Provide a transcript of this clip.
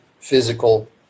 physical